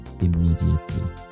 immediately